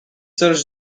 search